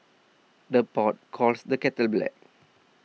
the pot calls the kettle black